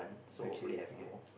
okay I get